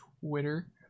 Twitter